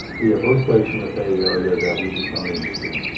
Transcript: we have earthquakes in the bay area that we just don't even feel.